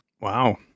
Wow